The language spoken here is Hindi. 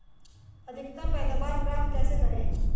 अधिकतम पैदावार प्राप्त कैसे करें?